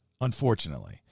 Unfortunately